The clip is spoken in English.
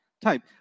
type